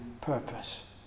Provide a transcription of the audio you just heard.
purpose